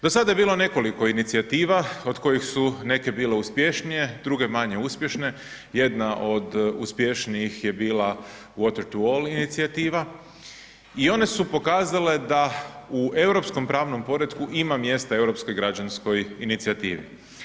Do sada je bilo nekoliko inicijativa od kojih su neke bile uspješnije, druge manje uspješne, jedna od uspješnijih je bila „Water to all“ inicijativa i one su pokazale da u europskom pravnom poretku ima mjesta europskoj građanskom inicijativi.